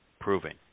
proving